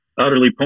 utterly